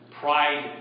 pride